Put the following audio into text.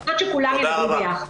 צריך שכולם יעבדו ביחד.